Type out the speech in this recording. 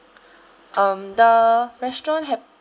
um the restaurant ha~